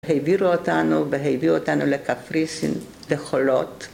והעבירו אותנו והעביאו אותנו לקפריסין, לחולות.